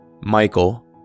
Michael